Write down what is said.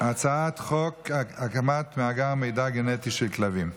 הצעת חוק הקמת מאגר מידע גנטי של כלבים.